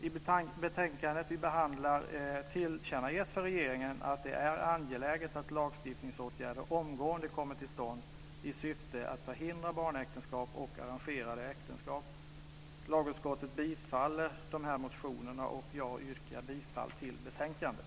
I det betänkande vi behandlar tillkännages för regeringen att det är angeläget att lagstiftningsåtgärder omgående kommer till stånd i syfte att förhindra barnäktenskap och arrangerade äktenskap. Lagutskottet tillstyrker de här motionerna, och jag yrkar bifall till förslaget i betänkandet.